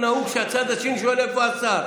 בדרך כלל נהוג שהצד השני שואל איפה השר.